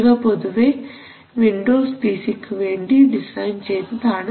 ഇവ പൊതുവേ Windows P C ക്കു വേണ്ടി ഡിസൈൻ ചെയ്തതാണ്